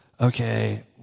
okay